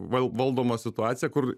val valdoma situacija kur